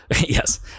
Yes